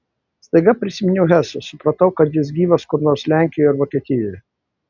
staiga prisiminiau hesą supratau kad jis gyvas kur nors lenkijoje ar vokietijoje